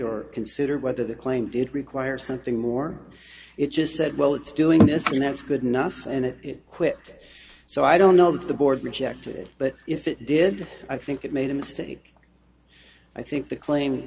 or consider whether the claim did require something more it just said well it's doing this and that's good enough and it quit so i don't know the board rejected it but if it did i think it made a mistake i think the claim